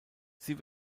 sie